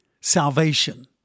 salvation